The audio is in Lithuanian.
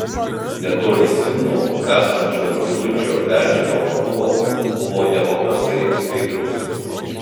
netoli simno esančio giluičio ežero vanduo buvo nepaprastai skaidrus